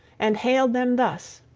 and hailed them thus